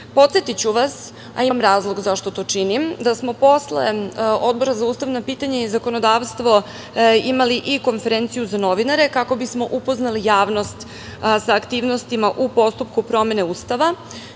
predloge. Podsetiću vas, a imam razlog zašto to činim, da smo posle Odbora za ustavna pitanja i zakonodavstvo imali i konferenciju za novinare kako bismo upoznali javnost sa aktivnostima u postupku promene Ustava,